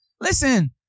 Listen